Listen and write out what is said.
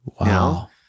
Wow